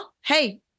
hey